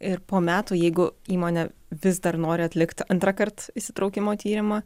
ir po metų jeigu įmonė vis dar nori atlikt antrąkart įsitraukimo tyrimą